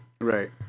Right